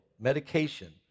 medication